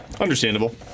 Understandable